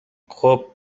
خوب